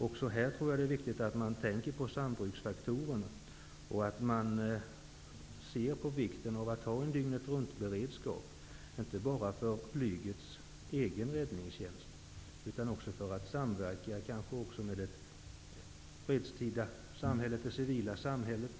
Också här är det viktigt att man tänker på sambruksfaktorerna och att man inser fördelarna med att ha en dygnetruntberedskap, inte bara för flygets egen räddningstjänst utan också för samverkan med det fredstida civila samhället.